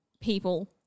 people